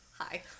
Hi